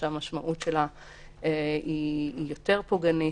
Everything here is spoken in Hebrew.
המשמעות שלה היא יותר פוגענית.